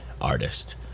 artist